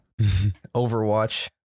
Overwatch